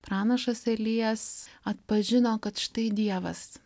pranašas elijas atpažino kad štai dievas